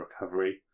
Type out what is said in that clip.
recovery